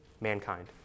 mankind